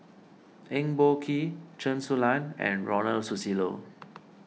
Eng Boh Kee Chen Su Lan and Ronald Susilo